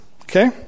Okay